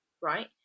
right